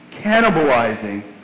cannibalizing